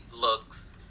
looks